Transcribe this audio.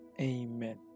amen